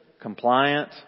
Compliant